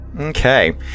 Okay